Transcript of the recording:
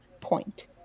point